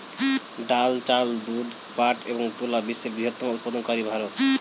ডাল, চাল, দুধ, পাট এবং তুলা বিশ্বের বৃহত্তম উৎপাদনকারী ভারত